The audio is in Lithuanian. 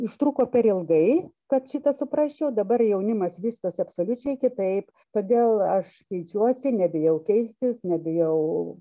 užtruko per ilgai kad šitą suprasčiau dabar jaunimas vystos absoliučiai kitaip todėl aš keičiuosi nebijau keistis nebijau